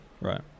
Right